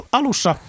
alussa